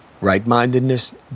Right-mindedness